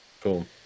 Cool